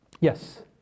Yes